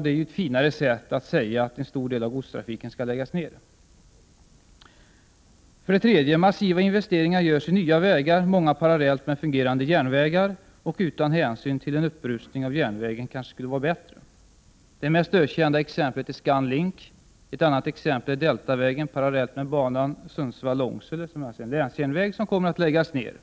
Det är ju ett finare sätt att säga att en stor del av godstrafiken skall läggas ned. 3. Massiva investeringar görs i nya vägar, många parallellt med fungerande järnvägar och utan hänsyn till att en upprustning av järnvägen kanske skulle vara bättre. Det mest ökända exemplet är ScanLink. Ett annat exempel är Deltavägen, som går parallellt med banan Sundsvall Långsele, en länsjärnväg som kommer att läggas ned.